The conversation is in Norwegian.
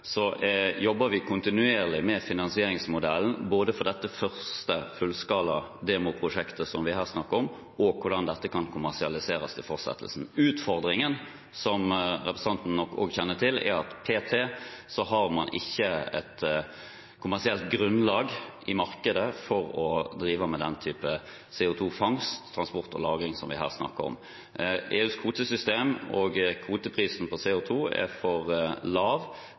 jobber vi kontinuerlig med finansieringsmodellen, både for dette første fullskala demoprosjektet som vi her snakker om, og hvordan dette kan kommersialiseres i fortsettelsen. Utfordringen, som representanten nok også kjenner til, er at p.t. har man ikke et kommersielt grunnlag i markedet for å drive med den type CO2-fangst, -transport og -lagring som vi her snakker om. Når det gjelder EUs kvotesystem, er kvoteprisen på CO2 for lav